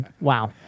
Wow